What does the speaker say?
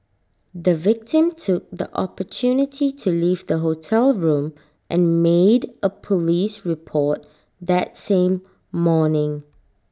the victim took the opportunity to leave the hotel room and made A Police report that same morning